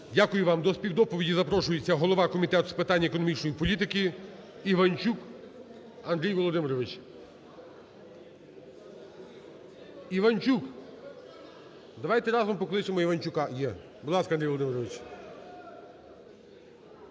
Дякую вам. До співдоповіді запрошується голова Комітету з питань економічної політики Іванчук Андрій Володимирович. Іванчук! Давайте разом покличемо Іванчука. Є. Будь ласка, Андрій Володимирович.